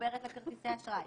שמחוברת לכרטיסי אשראי,